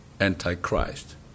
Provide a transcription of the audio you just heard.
Antichrist